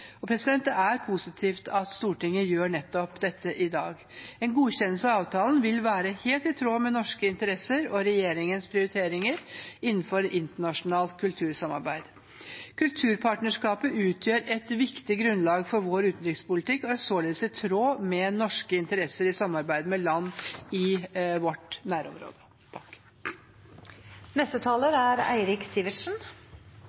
Det er positivt at Stortinget gir nettopp dette i dag. En godkjennelse av avtalen vil være helt i tråd med norske interesser og regjeringens prioriteringer innenfor internasjonalt kultursamarbeid. Kulturpartnerskapet utgjør et viktig grunnlag for vår utenrikspolitikk og er således i tråd med norske interesser i samarbeid med land i vårt nærområde.